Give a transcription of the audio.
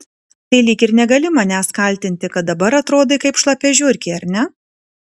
tai lyg ir negali manęs kaltinti kad dabar atrodai kaip šlapia žiurkė ar ne